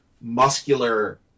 muscular